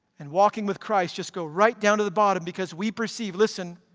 and walking with christ just go right down to the bottom, because we perceive, listen,